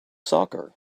soccer